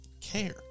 care